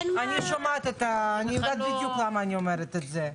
אני שומעת, אני יודעת בדיוק למה אני אומרת את זה.